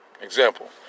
Example